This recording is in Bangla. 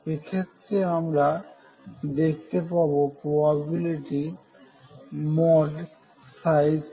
এক্ষেত্রে আমরা দেখতে পাবো প্রবাবিলিটি x2≠0